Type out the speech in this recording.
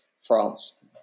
France